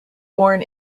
born